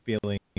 feeling